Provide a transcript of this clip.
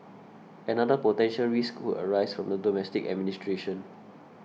another potential risk could arise from the domestic administration